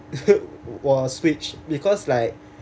was switch because like